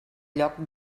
lloc